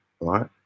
right